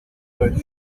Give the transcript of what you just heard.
pure